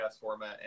format